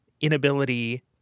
inability